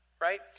right